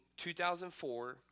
2004